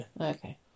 Okay